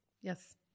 yes